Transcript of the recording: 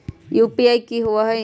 UPI कि होअ हई?